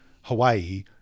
Hawaii